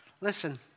Listen